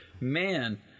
man